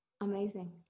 Amazing